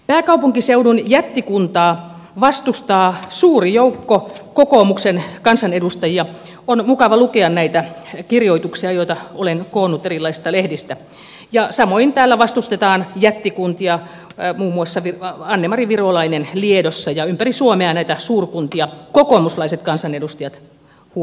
pääkaupunkiseudun jättikuntaa vastustaa suuri joukko kokoomuksen kansanedustajia on mukava lukea näitä kirjoituksia joita olen koonnut erilaisista lehdistä ja samoin täällä vastustetaan jättikuntia muun muassa anne mari virolainen liedossa ja ympäri suomea näitä suurkuntia kokoomuslaiset kansanedustajat huom